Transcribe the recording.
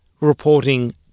reporting